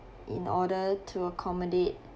in order to accommodate